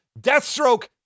Deathstroke